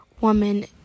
woman